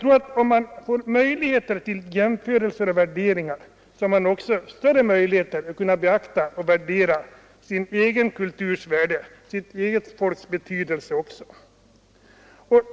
Om man får möjligheter att göra jämförelser och värderingar har man också möjligheter att beakta och uppskatta sin egen kulturs värde och sitt eget folks betydelse.